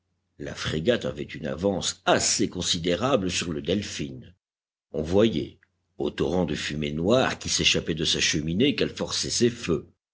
la frégate avait une avance assez considérable sur le delphin on voyait aux torrents de fumée noire qui s'échappaient de sa cheminée qu'elle forçait ses feux